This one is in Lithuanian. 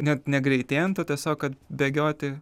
net negreitėjant o tiesiog kad bėgioti